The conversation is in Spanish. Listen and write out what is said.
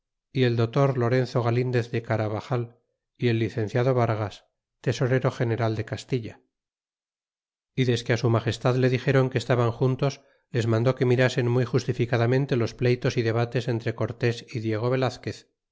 y el dotor lorenzo galindez de caravajal y el licenciado vargas tesorero general de castilla y desque su magestad le dixéron que estaban juntos les mandó que mirasen muy justificadamente los pleytos y debates entre cortés y diego velazquez